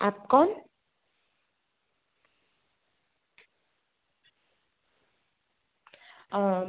આપ કોણ અ